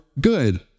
good